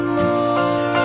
more